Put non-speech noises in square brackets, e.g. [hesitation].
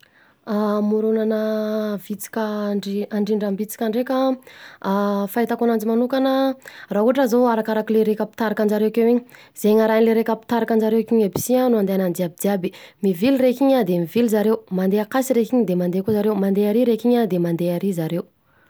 [hesitation] Hamoronana vitsika handrindram-bitsika ndreka an, a fahitako ananjy manokana an, raha ohatra zao arakaraka le raika mpitarika anjareo iny, zay arahan'ny le raika mpitarika anjareo akeo iny aby si no andehanan'ny jiaby jiaby, mivily raiky iny, de mivily zareo, mandeha akasy raiky iny de mandeha koa zareo, mandeha ary raiky iny an, de mandeha ary zareo.